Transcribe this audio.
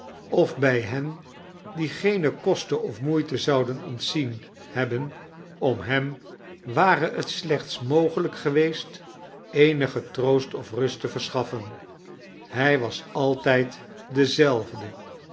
of bij hen die geene kosten of moeite zouden ontzien hebben om hem ware het slechts mogelijk geweest eenigen troost of rust te verschaffen hij was altijd dezelfde